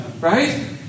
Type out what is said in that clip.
right